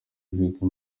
ibigwi